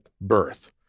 birth